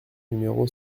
numéro